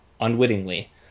unwittingly